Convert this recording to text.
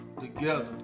together